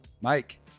Mike